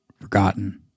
forgotten